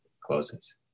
closes